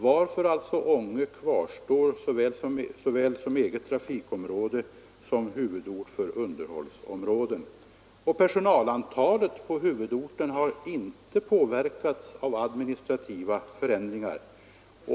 Därför kvarstår alltså Ånge både som eget trafikområde och som huvudort för underhållsområde. Personalantalet på huvudorten har inte påverkats av administrativa förändringar.